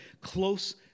close